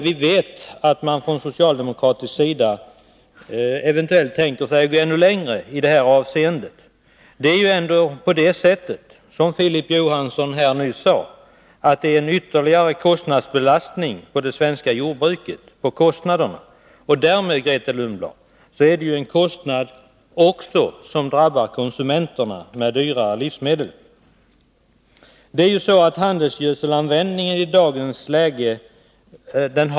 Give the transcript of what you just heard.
Vi vet att socialdemokraterna tänker sig att eventuellt gå ännu längre i detta avseende. Som Filip Johansson nyss sade, innebär det ju en ytterligare kostnadsbelastning på det svenska jordbruket. Därmed är det också, Grethe Lundblad, en kostnad som drabbar konsumenterna, med dyrare livsmedel. Användningen av handelsgödsel har minskat i dagens läge.